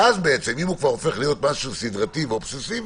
ואז אם הוא כבר הופך להיות משהו סדרתי ואובססיבי